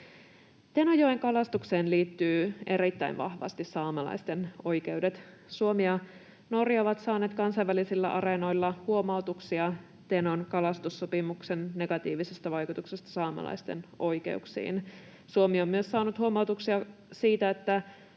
Tenojoen kalastukseen liittyy erittäin vahvasti saamelaisten oikeudet. Suomi ja Norja ovat saaneet kansainvälisillä areenoilla huomautuksia Tenon kalastussopimuksen negatiivisesta vaikutuksesta saamelaisten oikeuksiin. Suomi on myös saanut huomautuksia siitä, että